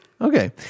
Okay